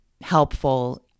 helpful